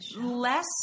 less